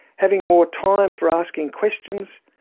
having more time for asking questions,